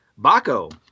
Baco